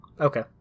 Okay